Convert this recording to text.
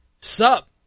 sup